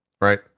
Right